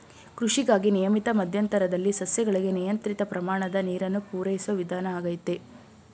ಕೃಷಿಗಾಗಿ ನಿಯಮಿತ ಮಧ್ಯಂತರದಲ್ಲಿ ಸಸ್ಯಗಳಿಗೆ ನಿಯಂತ್ರಿತ ಪ್ರಮಾಣದ ನೀರನ್ನು ಪೂರೈಸೋ ವಿಧಾನ ಆಗೈತೆ